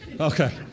okay